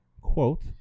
quote